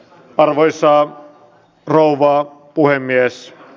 arvoisa rouva puhemies